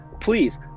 please